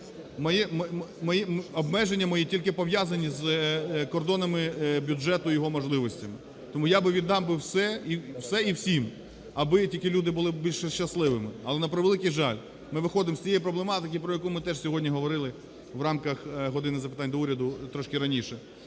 Обмеження мої тільки пов'язані з кордонами бюджету, його можливостями, тому я би віддав би все. Все і всім, аби тільки люди були більш щасливими. Але, на превеликий жаль, ми виходимо з тієї проблематики, про яку ми теж сьогодні говорили в рамках "години запитань до Уряду" трошки раніше.